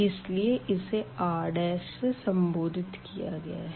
इसलिए इसे R से सम्बोधित किया गया है